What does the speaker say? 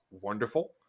wonderful